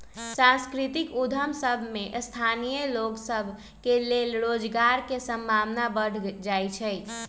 सांस्कृतिक उद्यम सभ में स्थानीय लोग सभ के लेल रोजगार के संभावना बढ़ जाइ छइ